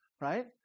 right